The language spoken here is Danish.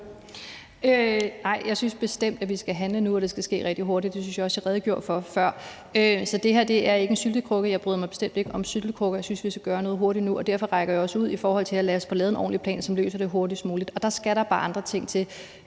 Nej, jeg synes bestemt, at vi skal handle nu, og at det skal ske rigtig hurtigt, og det synes jeg også jeg redegjorde for før. Så det her er ikke en syltekrukke, og jeg bryder mig bestemt ikke om syltekrukker, og jeg synes, vi skal gøre noget hurtigt nu, og derfor rækker jeg også ud og siger, at lad os få lavet en ordentlig plan, som løser det hurtigst muligt. Og der skal der bare andre ting til.